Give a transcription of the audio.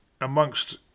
amongst